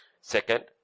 Second